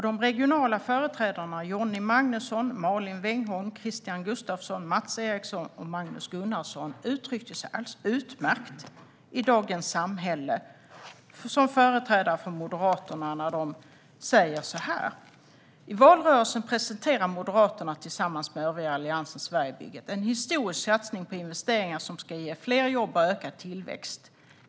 De regionala företrädarna Johnny Magnusson, Malin Wengholm, Christian Gustavsson, Mats Eriksson och Magnus Gunnarsson uttryckte sig alldeles utmärkt som företrädare för Moderaterna när de skrev så här i Dagens Samhälle: "I valrörelsen 2014 presenterade Moderaterna tillsammans med övriga Alliansen Sverigebygget. En historisk satsning på investeringar som ska ge fler jobb och ökad tillväxt.